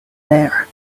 there